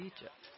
Egypt